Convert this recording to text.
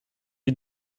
you